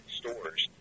stores